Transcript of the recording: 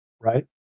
right